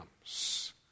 comes